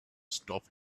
stop